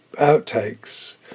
outtakes